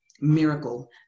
miracle